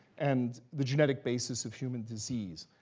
and the genetic basis of human disease.